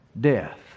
Death